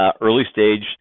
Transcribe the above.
early-stage